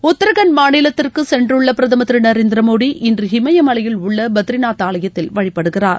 உத்ராகண்ட் மாநிலத்திற்கு சென்றுள்ள பிரதமர் திரு நரேந்திர மோடி இன்று இமயமலையில் உள்ள பத்ரிநாத் ஆலயத்தில் வழிபடுகிறார்